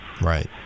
right